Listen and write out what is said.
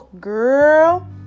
girl